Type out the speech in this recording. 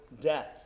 death